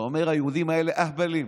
אתה אומר: היהודים האלה אהבלים,